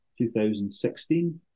2016